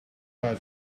that